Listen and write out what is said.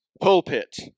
pulpit